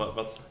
wat